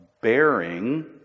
bearing